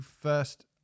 first